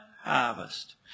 harvest